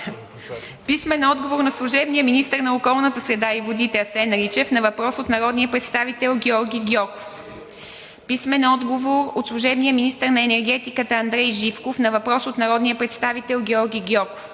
Мирчев; - служебния министър на околната среда и водите Асен Личев на въпрос от народния представител Георги Гьоков; - служебния министър на енергетиката Андрей Живков на въпрос от народния представител Георги Гьоков;